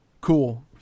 Cool